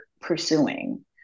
pursuing